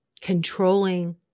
controlling